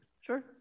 Sure